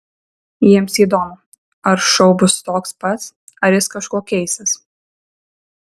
jiems įdomu ar šou bus toks pats ar jis kažkuo keisis